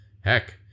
heck